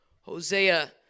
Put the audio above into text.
Hosea